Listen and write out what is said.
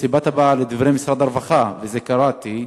סיבת הפער, לדברי משרד הרווחה, ואת זה קראתי,